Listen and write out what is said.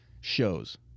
shows